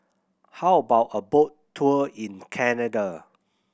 how about a boat tour in Canada